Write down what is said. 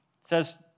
says